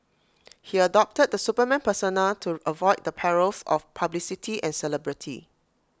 he adopted the Superman persona to avoid the perils of publicity and celebrity